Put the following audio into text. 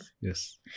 Yes